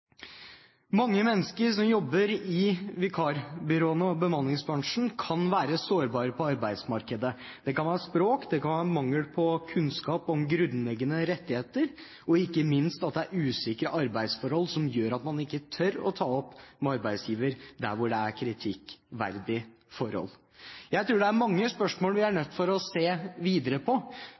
Mange mennesker som jobber i vikarbyråene og i bemanningsbransjen, kan være sårbare på arbeidsmarkedet. Det kan være språk, det kan være mangel på kunnskap om grunnleggende rettigheter, og ikke minst at det er usikre arbeidsforhold som gjør at man ikke tør å ta opp kritikkverdige forhold med arbeidsgiver. Jeg tror det er mange spørsmål vi er nødt til å se videre på